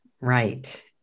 right